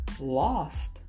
lost